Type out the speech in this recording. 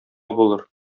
булыр